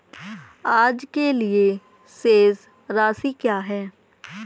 आज के लिए शेष राशि क्या है?